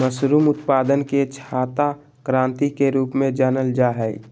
mushroom उत्पादन के छाता क्रान्ति के रूप में जानल जाय हइ